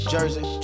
Jersey